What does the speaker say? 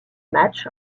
match